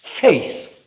faith